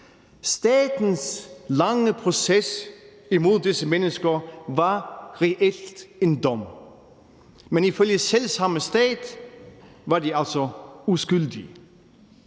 Statens lange proces imod disse mennesker var reelt en dom, men ifølge selv samme stat var de altså uskyldige.